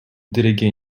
déléguer